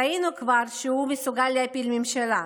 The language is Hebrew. ראינו כבר שהוא מסוגל להפיל ממשלה,